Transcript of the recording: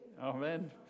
Amen